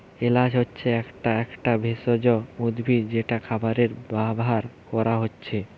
এলাচ হচ্ছে একটা একটা ভেষজ উদ্ভিদ যেটা খাবারে ব্যাভার কোরা হচ্ছে